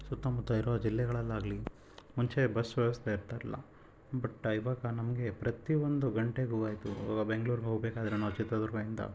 ಸುತ್ತ ಮುತ್ತ ಇರುವ ಜಿಲ್ಲೆಗಳಲ್ಲಿ ಆಗಲೀ ಮುಂಚೆ ಬಸ್ ವ್ಯವಸ್ಥೆ ಇರ್ತಾ ಇರಲಿಲ್ಲ ಬಟ್ ಇವಾಗ ನಮಗೆ ಪ್ರತಿ ಒಂದು ಗಂಟೆಗೂ ಆಯಿತು ಬೆಂಗ್ಳೂರಿಗೆ ಹೋಗ್ಬೇಕಾದ್ರೂನೂ ಚಿತ್ರದುರ್ಗದಿಂದ